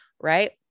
Right